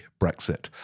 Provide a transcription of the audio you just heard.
brexit